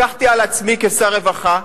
לקחתי על עצמי כשר הרווחה,